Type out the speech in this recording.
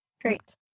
Great